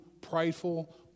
prideful